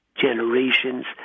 generations